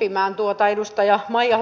viranomaisten esimerkiksi verottajan tiedonsaannin